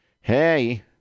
Hey